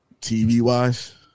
TV-wise